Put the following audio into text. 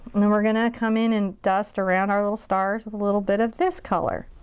and then we're gonna come in and dust around our little stars with a little bit of this color.